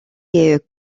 est